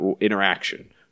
interaction